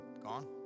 Gone